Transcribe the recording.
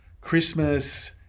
Christmas